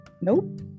Nope